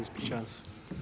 Ispričavam se.